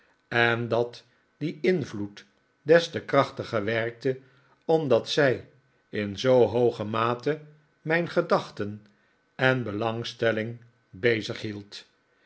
en dat die invloed des te krachtiger werkte omdat zij in zoo hooge mate mijn gedachten en belangsteling